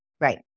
Right